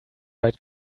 write